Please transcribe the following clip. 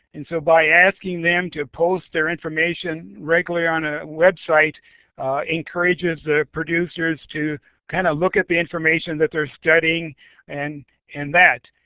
and so by asking them to post their information regularly on a website encourages the producers to kinda look at the information that they're studying and and that.